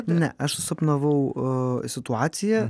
ne aš susapnavau situaciją